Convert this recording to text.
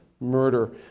Murder